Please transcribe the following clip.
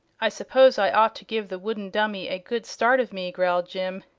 i suppose i ought to give the wooden dummy a good start of me, growled jim.